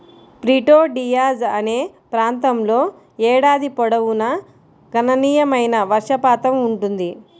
Prieto Diaz అనే ప్రాంతంలో ఏడాది పొడవునా గణనీయమైన వర్షపాతం ఉంటుంది